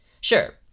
Sure